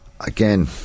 again